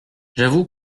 j’avoue